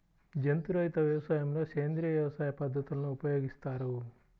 జంతు రహిత వ్యవసాయంలో సేంద్రీయ వ్యవసాయ పద్ధతులను ఉపయోగిస్తారు